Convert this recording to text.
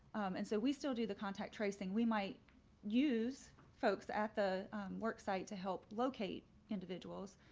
and so we still do the contact tracing, we might use folks at the worksite to help locate individuals,